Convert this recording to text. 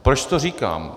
Proč to říkám?